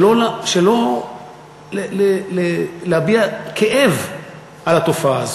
שלא להביע כאב על התופעה הזאת.